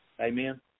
amen